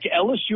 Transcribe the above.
LSU